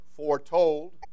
foretold